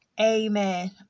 Amen